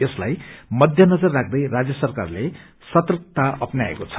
यसलाई मध्यनजर राख्दै राजय सरकारले सर्तकता अप्नाएको छ